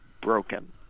broken